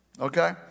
Okay